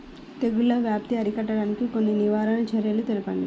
తెగుళ్ల వ్యాప్తి అరికట్టడానికి కొన్ని నివారణ చర్యలు తెలుపండి?